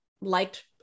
liked